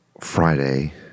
Friday